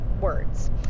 words